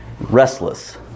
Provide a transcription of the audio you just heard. restless